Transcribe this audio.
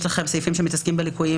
יש לכם סעיפים שמתעסקים בליקויים